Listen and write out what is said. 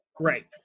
Right